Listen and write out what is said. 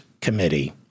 Committee